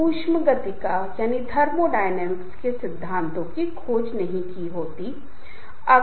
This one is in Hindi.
ये चीजें समूह की गतिशीलता संबंध संचार और गठन और संगठन से बहुत महत्वपूर्ण हैं और यह कैसे नेतृत्व किया जा सकता है और इसे कैसे बढ़ावा दिया जा सकता है